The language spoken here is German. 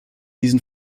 diesen